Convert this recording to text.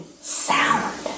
sound